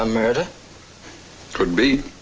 america could be